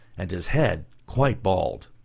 and his head quite bald.